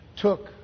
took